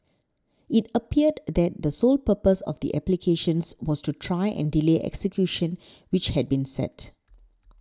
it appeared that the sole purpose of the applications was to try and delay execution which had been set